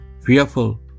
fearful